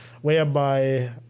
whereby